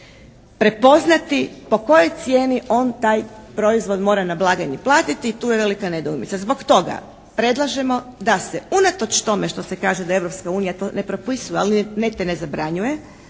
prepoznati po kojoj cijeni on taj proizvod mora na blagajni platiti. Tu je velika nedoumica. Zbog toga predlažemo da se unatoč tome što se kaže da Europska unija to ne propisuje, ali niti ne zabranjuje,